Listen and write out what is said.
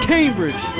Cambridge